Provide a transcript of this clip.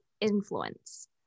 influence